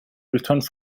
returned